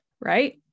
right